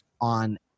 on